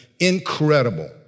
incredible